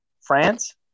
France